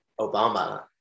Obama